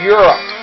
Europe